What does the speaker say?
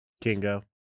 Kingo